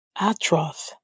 Atroth